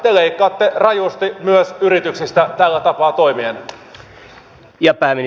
te leikkaatte rajusti myös yrityksistä tällä tapaa toimien